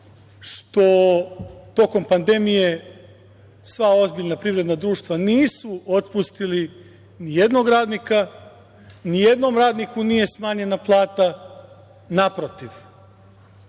što tokom pandemije sva ozbiljna privredna društva nisu otpustili nijednog radnika, nijednom radniku nije smanjena plata. Naprotiv,